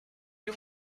you